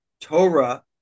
Torah